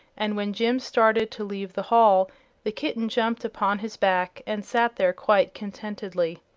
and when jim started to leave the hall the kitten jumped upon his back and sat there quite contentedly.